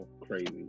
crazy